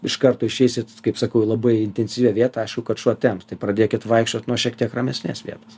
iš karto išeisit kaip sakau į labai intensyvią vietą aišku kad šuo temps tai pradėkit vaikščiot nuo šiek tiek ramesnės vietos